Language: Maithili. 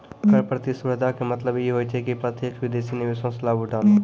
कर प्रतिस्पर्धा के मतलब इ होय छै कि प्रत्यक्ष विदेशी निवेशो से लाभ उठाना